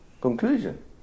conclusion